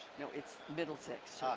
you know it's middlesex.